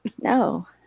No